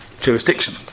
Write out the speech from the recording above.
jurisdiction